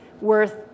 worth